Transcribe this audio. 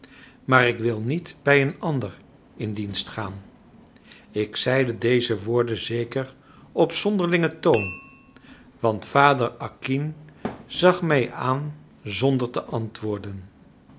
maar ik wil niet bij een ander in dienst gaan ik zeide deze woorden zeker op zonderlingen toon want vader acquin zag mij aan zonder te antwoorden